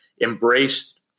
embraced